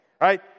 right